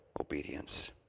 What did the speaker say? obedience